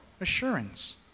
assurance